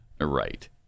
Right